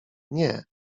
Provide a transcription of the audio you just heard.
nie